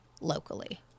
locally